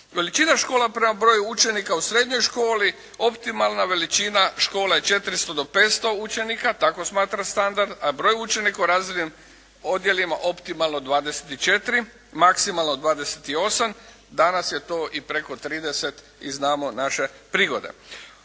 Većina škola prema broju učenika u srednjoj školi, optimalna veličina škola je od 400 do 500 učenika tako smatra standard, a broj učenika u razrednim odjelima optimalno 24, maksimalno 28, danas je to i preko 30 i znamo naše prigode.